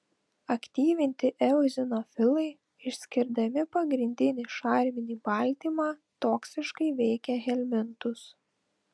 aktyvinti eozinofilai išskirdami pagrindinį šarminį baltymą toksiškai veikia helmintus